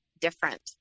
different